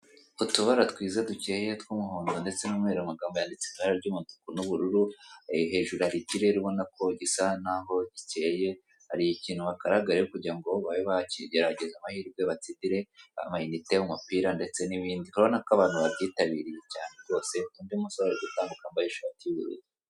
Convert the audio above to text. Utubara twiza ducyeye tw'umuhondo ndetse n'umweru, amagambo yanditse mu ibara ry'umutuku n'ubururu, hejuru hari ikirere ubona ko gisa n'aho gikeye, hari ikintu bakaraga rero kugira ngo babe bakigerageza amahirwe batsindire amanite, umupira ndetse n'ibindi. urabona ko abantu babyitabiriye cyane rwose, undi musore ari gutambuka, wambaye ishati y'ubururu.